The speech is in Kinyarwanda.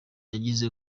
yagize